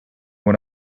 what